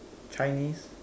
Chinese